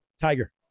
tiger